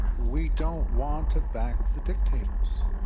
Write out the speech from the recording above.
we don't want to back the dictators.